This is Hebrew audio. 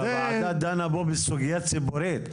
הוועדה דנה פה בסוגיה ציבורית.